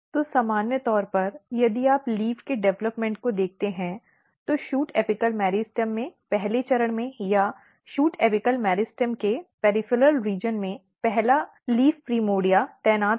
तो सामान्य तौर पर यदि आप लीफ के डेवलपमेंट को देखते हैं तो शूट एपिकल मेरिस्टम में पहले चरण में या शूट एपिफिल मेरिस्टेम के परिधीय क्षेत्र में पहला लीफ प्राइमर्डिया तैनात है